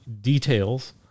details